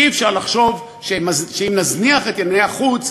אי-אפשר לחשוב שאם נזניח את ענייני החוץ,